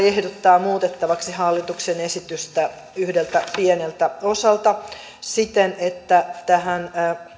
ehdottaa muutettavaksi hallituksen esitystä yhdeltä pieneltä osalta siten että tähän